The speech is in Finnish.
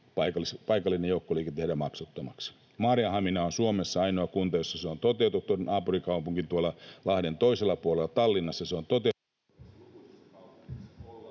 paikallinen joukkoliikenne tehdään maksuttomaksi. Maarianhamina on Suomessa ainoa kunta, jossa se on toteutettu. Naapurikaupungissa lahden toisella puolella, Tallinnassa, se on toteutettu...